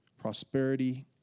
prosperity